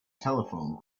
telephone